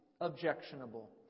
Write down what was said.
objectionable